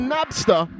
Nabster